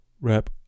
wrap